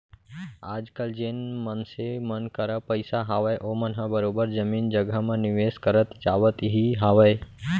आजकल जेन मनसे मन करा पइसा हावय ओमन ह बरोबर जमीन जघा म निवेस करत जावत ही हावय